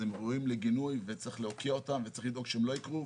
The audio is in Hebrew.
הם ראויים לגינוי וצריך להוקיע אותם וצריך לדאוג שהם לא יקרו,